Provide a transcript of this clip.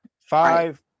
five